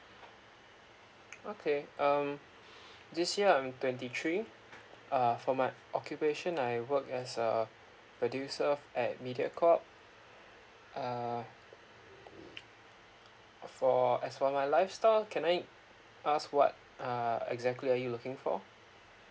okay um this year I'm twenty three uh for my occupation I work as a producer at mediacorp uh for as for my lifestyle can I ask what uh exactly are you looking for